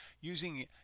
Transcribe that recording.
Using